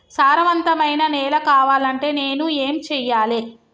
సారవంతమైన నేల కావాలంటే నేను ఏం చెయ్యాలే?